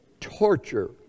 torture